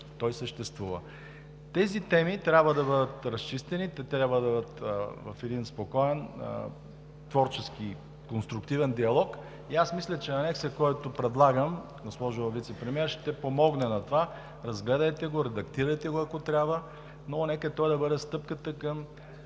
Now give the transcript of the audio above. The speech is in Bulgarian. той съществува. Тези теми трябва да бъдат разчистени, те трябва да бъдат в един спокоен, творчески, конструктивен диалог и аз мисля, че анексът, който предлагам, госпожо Вицепремиер, ще помогне на това – разгледайте го, редактирайте го, ако трябва, но нека той да бъде крачката към